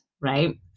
Right